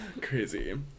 Crazy